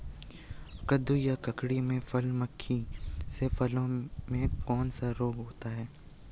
कद्दू या ककड़ी में फल मक्खी से फलों में कौन सा रोग होता है?